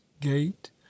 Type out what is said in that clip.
gate